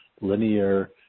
linear